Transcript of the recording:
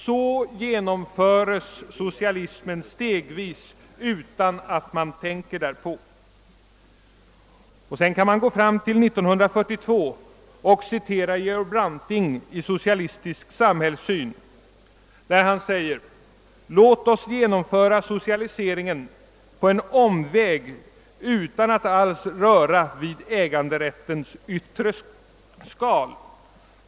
Så genomföres socialismen stegvis utan att man tänker därpå.» Sedan kan man gå fram till 1942 och citera vad Georg Branting skriver i Socialistisk samhällssyn: »Låt oss genomföra socialiseringen på en omväg utan att alls röra vid äganderättens yttre skal!